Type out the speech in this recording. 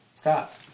Stop